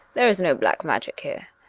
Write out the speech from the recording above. there is no black magic here.